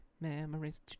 Memories